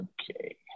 Okay